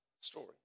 story